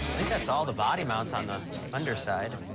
think that's all the body mounts on the underside.